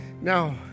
now